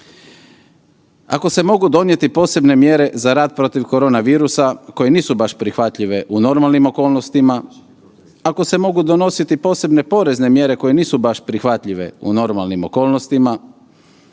Ako se mogu donijeti posebne mjere za rat protiv korona virusa koje nisu baš prihvatljive u normalnim okolnostima, ako se mogu donositi posebne porezne mjere koje nisu baš prihvatljive u normalnim okolnostima,